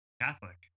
catholic